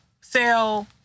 sell